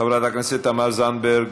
חברת הכנסת תמר זנדברג,